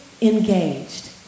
engaged